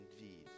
indeed